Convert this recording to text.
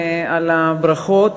על הברכות,